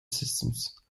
systems